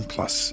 Plus